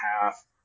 half